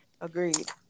agreed